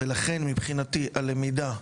ולכן, מבחינתי, הלמידה,